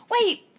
Wait